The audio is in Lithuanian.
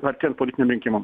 artėjant politiniam rinkimam